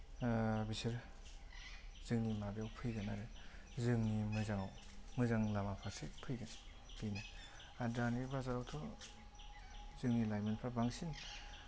बिसोर जोंनि माबायाव फैगोन आरो जोंनि मोजांआव मोजां लामा फारसे फैगोन बेनो आरो दानि बाजारावथ' जोंनि लाइमोनफोरा बांसिन